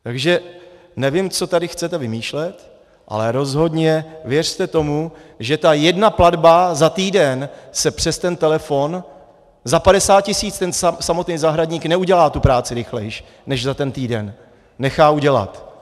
Takže nevím, co tady chcete vymýšlet, ale rozhodně věřte tomu, že ta jedna platba za týden se přes telefon za 50 tisíc ten samotný zahradník neudělá tu práci rychleji než za týden nechá udělat.